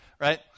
Right